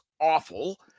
awful